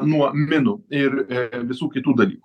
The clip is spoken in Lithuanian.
nuo minų ir visų kitų dalykų